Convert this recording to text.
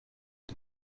the